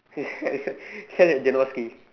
sell at